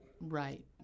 Right